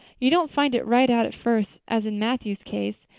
you don't find it right out at first, as in matthew's case,